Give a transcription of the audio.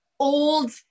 Old